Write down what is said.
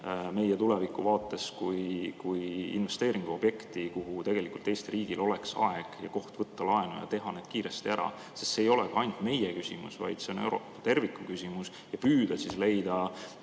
meie tuleviku vaates kui investeeringuobjekte, mille jaoks Eesti riigil oleks aeg ja koht võtta laenu ja teha need projektid kiiresti ära, sest see ei ole ainult meie küsimus, vaid see on Euroopa kui terviku küsimus? Tuleb püüda leida